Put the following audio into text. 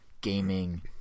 gaming